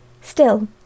Still—